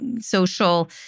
social